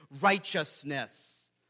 righteousness